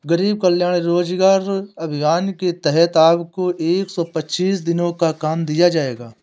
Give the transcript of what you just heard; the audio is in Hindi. गरीब कल्याण रोजगार अभियान के तहत आपको एक सौ पच्चीस दिनों का काम दिया जाएगा